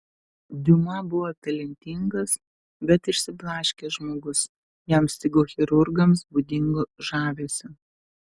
diuma buvo talentingas bet išsiblaškęs žmogus jam stigo chirurgams būdingo žavesio